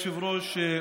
כבוד היושב-ראש,